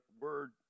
word